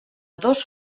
dos